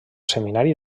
seminari